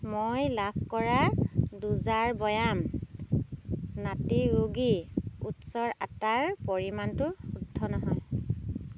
মই লাভ কৰা দুই জাৰ বৈয়াম নাটী য়োগী ওটছৰ আটাৰ পৰিমাণটো শুদ্ধ নহয়